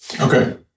Okay